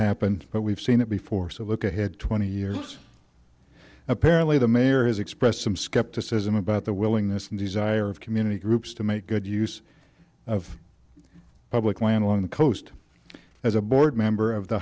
happen but we've seen it before so look ahead twenty years apparently the mayor has expressed some skepticism about the willingness and desire of community groups to make good use of public land along the coast as a board member of the